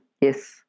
Yes